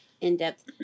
in-depth